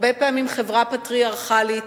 הרבה פעמים חברה פטריארכלית,